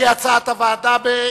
כהצעת הוועדה.